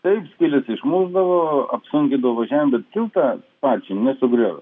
taip skyles išmušdavo apsunkindavo važiavimą bet tilto pačio nesugriovė